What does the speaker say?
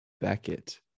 Beckett